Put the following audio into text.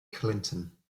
clinton